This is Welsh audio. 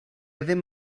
ddim